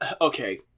Okay